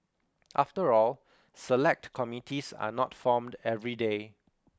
after all Select Committees are not formed every day